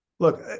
Look